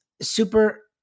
super